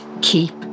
keep